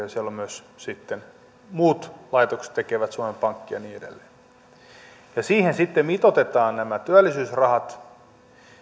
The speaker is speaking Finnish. ja siellä myös sitten muut laitokset tekevät suomen pankki ja niin edelleen siihen sitten mitoitetaan nämä työllisyysrahat